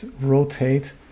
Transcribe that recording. rotate